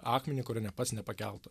akmenį kurio net pats nepakeltų